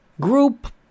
Group